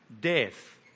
death